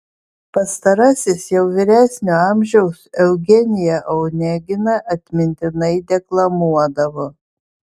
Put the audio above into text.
pastarasis jau vyresnio amžiaus eugeniją oneginą atmintinai deklamuodavo